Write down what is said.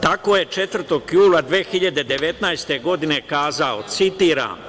Tako je 4. jula 2019. godine kazao, citiram –